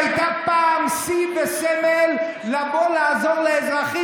שהייתה פעם שיא וסמל של לבוא לעזור לאזרחים,